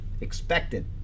expected